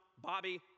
Bobby